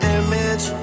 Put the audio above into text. image